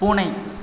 பூனை